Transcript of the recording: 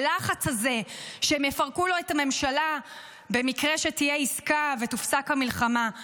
הלחץ הזה שהם יפרקו לו את הממשלה במקרה שתהיה עסקה והפסקת המלחמה,